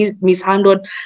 mishandled